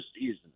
season